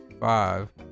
five